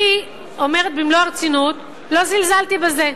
אני אומרת במלוא הרצינות: לא זלזלתי בזה.